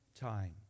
time